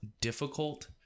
difficult